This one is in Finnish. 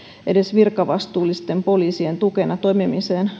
edes virkavastuullisten poliisien tukena toimimiseen